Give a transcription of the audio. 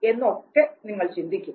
എന്നൊക്കെ നിങ്ങൾ ചിന്തിക്കും